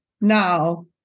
now